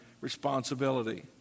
responsibility